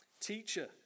teacher